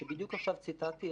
שבדיוק עכשיו ציטטתי,